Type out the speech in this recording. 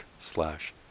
slash